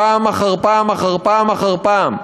פעם אחר פעם אחר פעם אחר פעם,